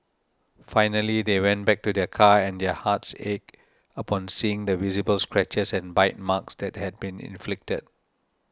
finally they went back to their car and their hearts ached upon seeing the visible scratches and bite marks that had been inflicted